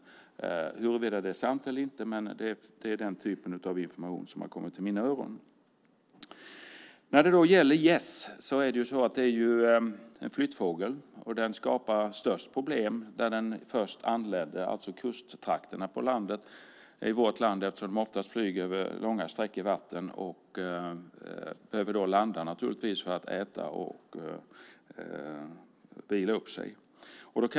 Huruvida det är sant eller inte vet jag inte, men det är den typ av information som har kommit till mina öron. Gässen är flyttfåglar som skapar störst problem där de först anländer, alltså i kusttrakterna i vårt land, eftersom de oftast flyger långa sträckor över vatten och naturligtvis behöver landa för att äta och vila upp sig.